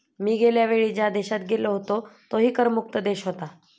मी गेल्या वेळी ज्या देशात गेलो होतो तोही कर मुक्त देश होता